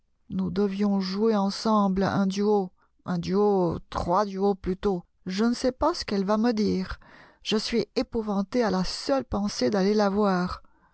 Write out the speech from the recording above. nous devions jouer ensemble un duo un duo trois duos plutôt je ne sais pas ce qu'elle va me dire je suis épouvanté à la seule pensée d'aller la voir